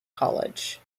college